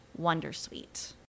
Wondersuite